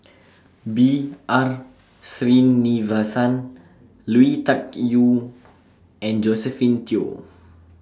B R Sreenivasan Lui Tuck Yew and Josephine Teo